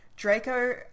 Draco